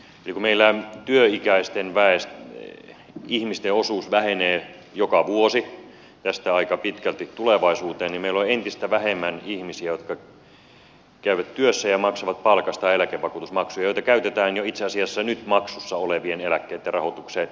kun meillä työikäisten ihmisten osuus vähenee joka vuosi tästä aika pitkälti tulevaisuuteen niin meillä on entistä vähemmän ihmisiä jotka käyvät työssä ja maksavat palkasta eläkevakuutusmaksuja joita käytetään jo itse asiassa nyt maksussa olevien eläkkeitten rahoitukseen valtaosaltaan